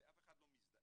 ואף אחד לא מזדעק.